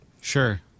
Sure